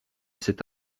cet